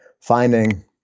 Finding